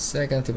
Second